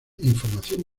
información